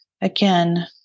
Again